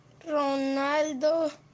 Ronaldo